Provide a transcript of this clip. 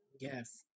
Yes